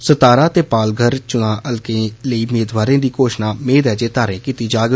सतारा ते पालघट चुनां हलकें लेई मेदवारें दी घोशणा मेद ऐ जे तारें कीती जाग